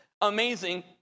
amazing